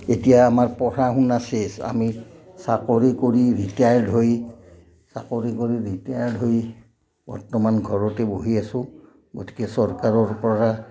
এতিয়া আমাৰ পঢ়া শুনা শেষ আমি চাকৰি কৰি ৰিটায়াৰ্ড হৈ চাকৰি কৰি ৰিটায়াৰ্ড হৈ বৰ্তমান ঘৰতে বহি আছোঁ গতিকে চৰকাৰৰ পৰা